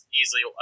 easily